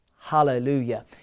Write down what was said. hallelujah